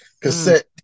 cassette